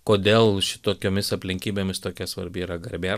kodėl šitokiomis aplinkybėmis tokia svarbi yra garbė